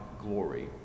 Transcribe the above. glory